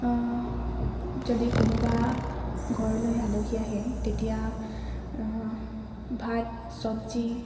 যদি কোনোবা ঘৰলৈ আলহী আহে তেতিয়া ভাত চবজি